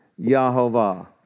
Yahovah